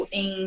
em